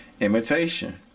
imitation